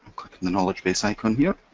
the knowledge base icon here.